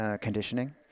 conditioning